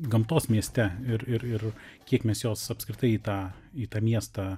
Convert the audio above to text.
gamtos mieste ir ir ir kiek mes jos apskritai į tą į tą miestą